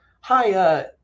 hi